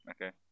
Okay